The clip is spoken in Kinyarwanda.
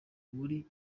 muri